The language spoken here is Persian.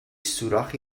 سوراخی